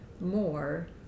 more